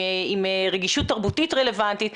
עם רגישות תרבותית רלוונטית,